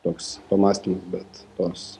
toks pamąstymui bet tos